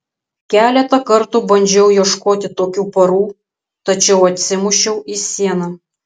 keletą kartų bandžiau ieškoti tokių porų tačiau atsimušiau į sieną